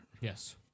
Yes